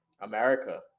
America